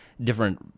different